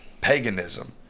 paganism